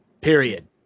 period